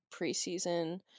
preseason